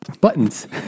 buttons